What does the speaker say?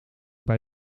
bij